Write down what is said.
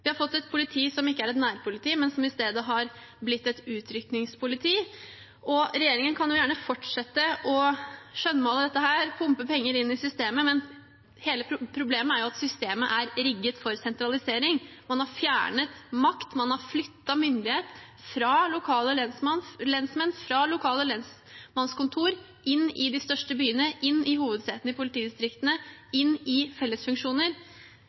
Vi har fått et politi som ikke er et nærpoliti, men som i stedet har blitt et utrykningspoliti. Regjeringen kan gjerne fortsette å skjønnmale dette og pumpe penger inn i systemet, men problemet er at systemet er rigget for sentralisering; man har fjernet makt, man har flyttet myndighet fra lokale lensmannskontor inn i de største byene, inn i hovedsetene i politidistriktene, inn i fellesfunksjoner.